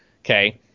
Okay